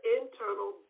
internal